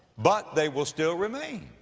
but they will still remain.